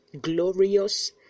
glorious